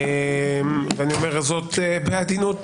ואני אומר זאת בעדינות